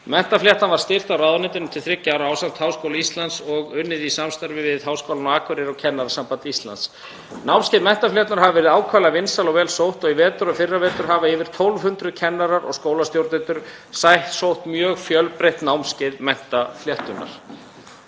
Menntafléttunni var stýrt af ráðuneytinu til þriggja ára ásamt Háskóla Íslands og unnið í samstarfi við Háskólann á Akureyri og Kennarasamband Íslands. Námskeið Menntaflétturnar hafa verið ákaflega vinsæl og vel sótt og í vetur og fyrravetur hafa yfir 1.200 kennarar og skólastjórnendur sótt mjög fjölbreytt námskeið Menntafléttunnar.